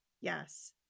Yes